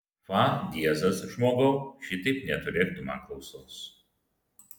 fa diezas žmogau šitaip neturėk tu man klausos